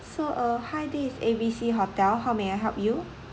so uh hi this is A B C hotel how may I help you